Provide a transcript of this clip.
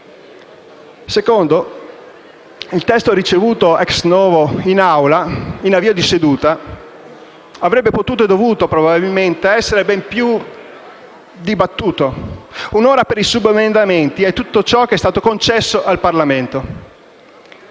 luogo, il testo ricevuto *ex novo* in Aula in avvio di seduta avrebbe potuto e dovuto probabilmente essere ben più dibattuto: un'ora per la presentazione dei subemendamenti è tutto ciò che è stato concesso al Parlamento.